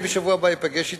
בשבוע הבא אני אפגש אתם.